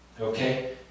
Okay